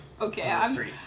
Okay